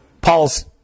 Paul's